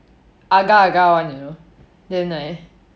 agar agar one you know then like